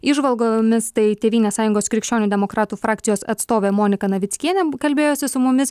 įžvalgomis tai tėvynės sąjungos krikščionių demokratų frakcijos atstovė monika navickienė kalbėjosi su mumis